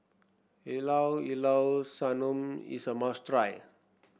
Ilao Ilao Sanum is a must try